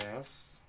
is